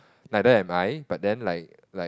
neither am I but then like like